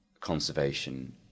conservation